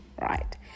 right